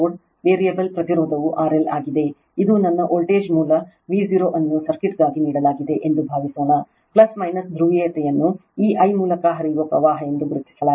variable ಪ್ರತಿರೋಧವು RL ಆಗಿದೆ ಇದು ನನ್ನ ವೋಲ್ಟೇಜ್ ಮೂಲ V 0 ಅನ್ನು ಸರ್ಕ್ಯೂಟ್ಗಾಗಿ ನೀಡಲಾಗಿದೆ ಎಂದು ಭಾವಿಸೋಣ ಧ್ರುವೀಯತೆಯನ್ನು ಈ I ಮೂಲಕ ಹರಿಯುವ ಪ್ರವಾಹ ಎಂದು ಗುರುತಿಸಲಾಗಿದೆ